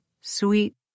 sweet